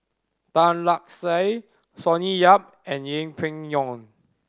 Tan Lark Sye Sonny Yap and Yeng Pway Ngon